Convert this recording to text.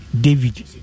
David